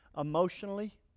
emotionally